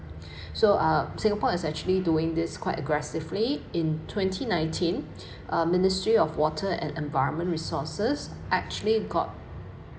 so uh singapore is actually doing this quite aggressively in twenty nineteen uh ministry of water and environment resources actually got